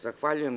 Zahvaljujem.